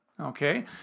Okay